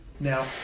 Now